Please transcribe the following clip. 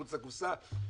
מחוץ לקופסה,